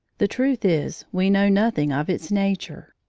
the truth is we know nothing of its nature.